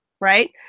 right